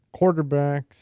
quarterbacks